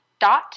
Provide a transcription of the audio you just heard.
Dot